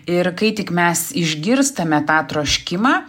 ir kai tik mes išgirstame tą troškimą